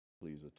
please